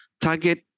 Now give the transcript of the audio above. target